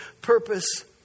purpose